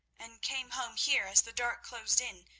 and came home here as the dark closed in,